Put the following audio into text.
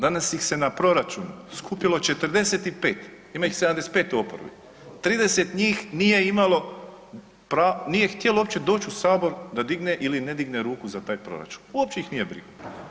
Danas ih se na proračunu skupilo 45, ima ih 75 u oporbi, 30 njih nije imalo, nije htjelo opće doć u sabor da digne ili ne digne ruku za taj proračun, uopće ih nije briga.